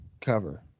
Cover